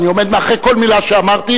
ואני עומד מאחורי כל מלה שאמרתי,